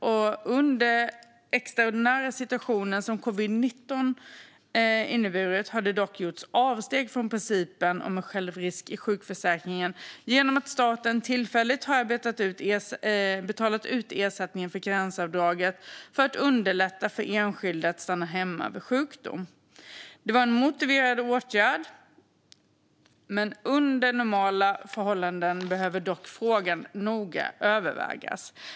Under den extraordinära situation som covid-19 inneburit har det dock gjorts avsteg från principen om en självrisk i sjukförsäkringen genom att staten tillfälligt har betalat ut ersättning för karensavdraget för att underlätta för enskilda att stanna hemma vid sjukdom. Det var en motiverad åtgärd. Under normala förhållanden behöver dock frågan noga övervägas.